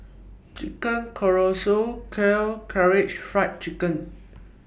Chicken Casserole Kheer Karaage Fried Chicken